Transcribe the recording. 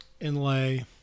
inlay